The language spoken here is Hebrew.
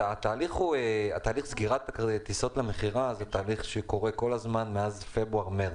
התהליך של סגירת טיסות בחברה הוא תהליך שקורה כל הזמן מאז פברואר-מרס.